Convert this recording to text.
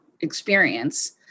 experience